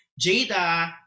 jada